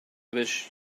wish